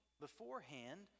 beforehand